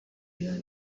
biba